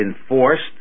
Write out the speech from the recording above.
enforced